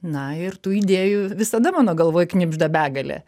na ir tų idėjų visada mano galvoj knibžda begalė